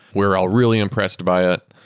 we're all really impressed by it.